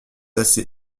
assez